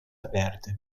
aperte